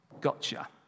Gotcha